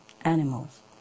animals